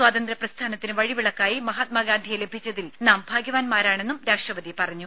സ്വാതന്ത്ര്യ പ്രസ്ഥാനത്തിന് വഴി വിളക്കായി മഹാത്മാഗാന്ധിയെ ലഭിച്ചതിൽ നാം ഭാഗ്യവാൻമാരാണെന്നും രാഷ്ട്രപതി പറഞ്ഞു